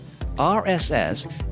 RSS